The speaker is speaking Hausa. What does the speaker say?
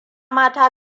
mata